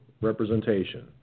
representation